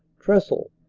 trestle,